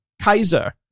Kaiser